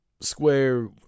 Square